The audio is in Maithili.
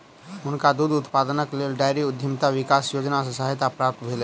हुनका दूध उत्पादनक लेल डेयरी उद्यमिता विकास योजना सॅ सहायता प्राप्त भेलैन